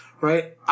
right